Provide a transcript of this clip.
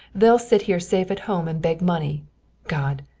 they'll sit here safe at home and beg money god,